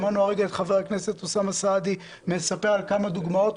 שמענו כרגע את חבר הכנסת אוסאמה סעדי מספר על כמה דוגמאות,